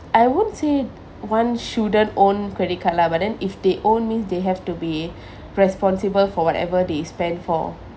I won't say one shouldn't own credit card lah but then if they own means they have to be responsible for whatever they spend for